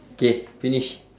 K finish